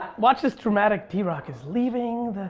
watch this dramatic, drock is leaving.